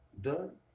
done